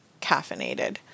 caffeinated